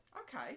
Okay